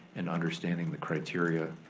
and understanding the criteria.